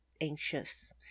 anxious